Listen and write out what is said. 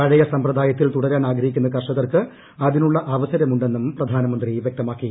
പഴയ സമ്പ്രദായത്തിൽ തുടരാൻ ആഗ്രഹിക്കുന്ന കർഷകർക്ക് അതിനുള്ള അവസരമുണ്ടെന്നും പ്രധാനമന്ത്രി വൃക്തമാക്കി